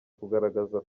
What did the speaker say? kugaragaza